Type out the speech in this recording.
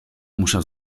muszę